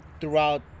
throughout